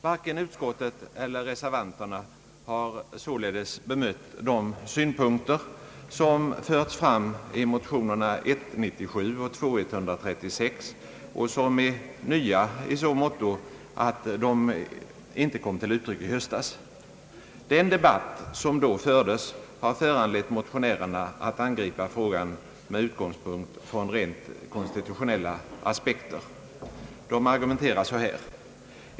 Varken utskottet eller reservanterna har således bemött de synpunkter som förts fram i motionerna I: 97 och II: 136 och som är nya i så måtto att argumenteringen i dem inte kom till uttryck i höstas. Den debatt som då fördes har föranlett motionärerna att angripa frågan med utgångspunkt från rent konstitutionella aspekter. De argumenterar så här.